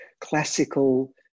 classical